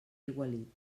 aigualit